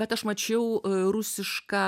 bet aš mačiau rusišką